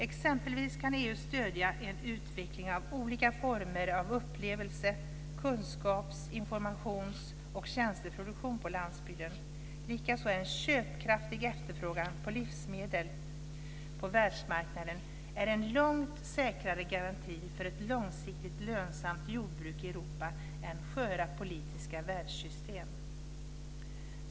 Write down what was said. Exempelvis kan EU stödja en utveckling av olika former av upplevelse-, kunskaps-, informations och tjänsteproduktion på landsbygden. Likaså är en köpkraftig efterfrågan på livsmedel på världsmarknaden en långt säkrare garanti för ett långsiktigt lönsamt jordbruk i Europa än sköra politiska stödsystem.